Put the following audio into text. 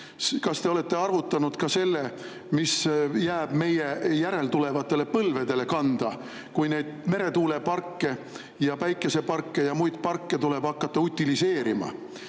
Kas te olete arvutanud välja ka selle, mis jääb meie järeltulevatele põlvedele kanda, kui neid meretuuleparke ja päikeseparke ja muid parke tuleb hakata utiliseerima?